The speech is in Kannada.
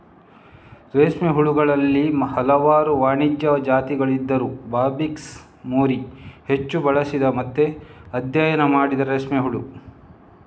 ರೇಷ್ಮೆ ಹುಳುಗಳಲ್ಲಿ ಹಲವಾರು ವಾಣಿಜ್ಯ ಜಾತಿಗಳಿದ್ದರೂ ಬಾಂಬಿಕ್ಸ್ ಮೋರಿ ಹೆಚ್ಚು ಬಳಸಿದ ಮತ್ತೆ ಅಧ್ಯಯನ ಮಾಡಿದ ರೇಷ್ಮೆ ಹುಳು